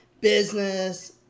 business